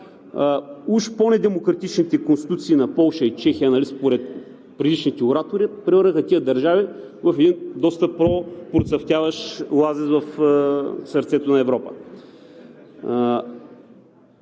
уж по-недемократичните конституции на Полша и Чехия, според предишните оратори, превърнаха тези държави в един доста по-процъфтяващ оазис в сърцето на Европа.